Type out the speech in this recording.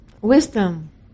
Wisdom